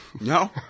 No